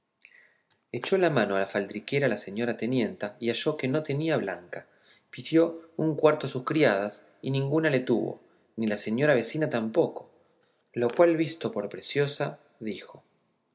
melecina echó mano a la faldriquera la señora tenienta y halló que no tenía blanca pidió un cuarto a sus criadas y ninguna le tuvo ni la señora vecina tampoco lo cual visto por preciosa dijo